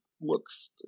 looks